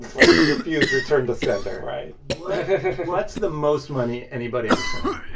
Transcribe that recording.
like, refused. return to sender right what's the most money anybody ever sent in?